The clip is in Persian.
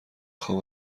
خوام